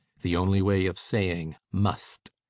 the only way of saying must.